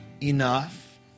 enough